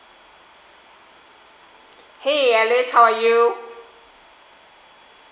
!hey! alice how are you